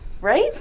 right